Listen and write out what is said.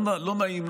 לא נעים,